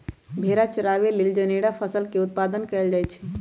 भेड़ा चराबे लेल जनेरा फसल के उत्पादन कएल जाए छै